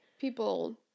People